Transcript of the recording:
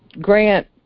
grant